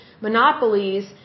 monopolies